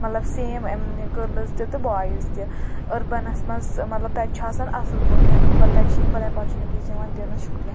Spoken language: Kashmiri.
مطلب سیم گٔرلٕز تہِ تہٕ بوایِز تہِ أربَنَس منٛز مطلب تَتہِ چھُ آسان اصٕل پٲٹھۍ اِکوَل تَتہِ چھُ اِکوَل اپرچُنِٹیٖز یِوان دِنہٕ شُکرِیہ